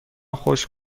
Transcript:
خوش